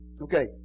Okay